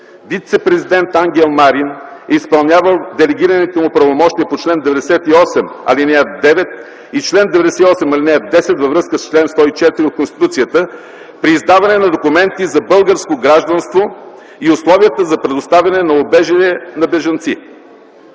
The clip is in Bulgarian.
вицепрезидентът Ангел Марин е изпълнявал делегираните му правомощия по чл. 98, ал. 9 и чл. 98, ал. 10 във връзка с чл. 104 от Конституцията при издаване на документи за българско гражданство и условията за предоставяне на убежище на бежанци.